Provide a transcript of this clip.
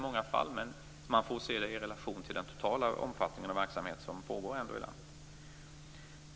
Man får se antalet fall i relation till den totala omfattningen av verksamhet som pågår i landet.